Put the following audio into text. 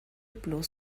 bloß